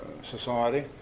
society